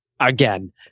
again